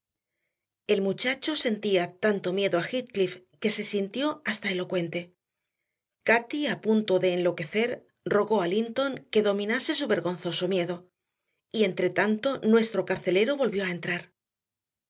el muchacho sentía tanto miedo a heathcliff que se sintió hasta elocuente cati a punto de enloquecer rogó a linton que dominase su vergonzoso miedo y entretanto nuestro carcelero volvió a entrar